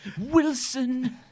Wilson